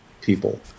people